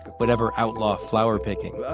but ever outlaw flower picking. ah